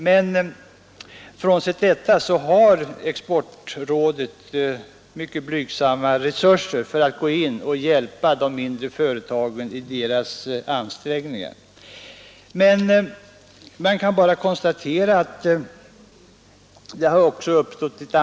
Men frånsett det har exportrådet mycket blygsamma resurser för att gå in och hjälpa de mindre företagen i deras ansträngningar.